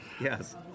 Yes